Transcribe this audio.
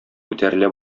күтәрелә